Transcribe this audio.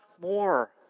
more